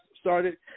started